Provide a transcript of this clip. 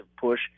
push